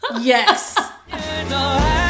Yes